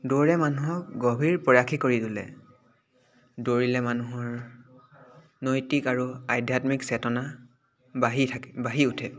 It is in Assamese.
দৌৰে মানুহক গভীৰ প্ৰয়াসী কৰি তোলে দৌৰিলে মানুহৰ নৈতিক আৰু আধ্যাত্মিক চেতনা বাঢ়ি থাকে বাঢ়ি উঠে